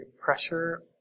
pressure